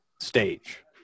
stage